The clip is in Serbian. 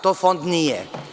To fond nije.